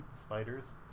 spiders